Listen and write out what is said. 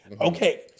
Okay